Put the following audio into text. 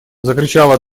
закричала